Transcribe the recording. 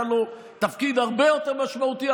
היה לו תפקיד הרבה יותר משמעותי,